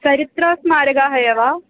चरित्रस्मारकानि एव